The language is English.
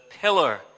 pillar